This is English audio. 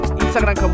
Instagram